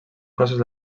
cossos